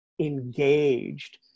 engaged